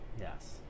Yes